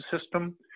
system